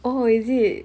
oh is it